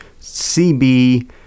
CB